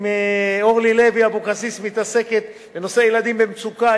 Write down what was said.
אם אורלי לוי אבקסיס מתעסקת בנושא ילדים במצוקה,